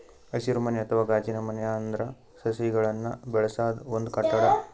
ಹಸಿರುಮನೆ ಅಥವಾ ಗಾಜಿನಮನೆ ಅಂದ್ರ ಸಸಿಗಳನ್ನ್ ಬೆಳಸದ್ ಒಂದ್ ಕಟ್ಟಡ